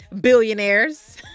billionaires